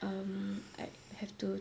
um I'd have to